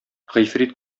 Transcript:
гыйфрит